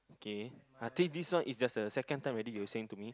K I think this one is just the second time already you're saying to me